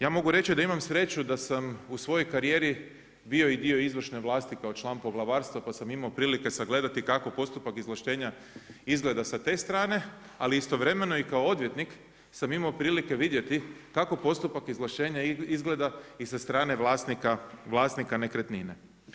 Ja mogu reći da imam sreću da sam u svojoj karijeri i bio i dio izvršne vlasti kao član poglavarstva pa sam imao prilike sagledati kako postupak izvlaštenja izgleda sa te strane, ali istovremeno i kao odvjetnik sam imao prilike vidjeti kako postupak izvlaštenja izgleda i sa strane vlasnika nekretnine.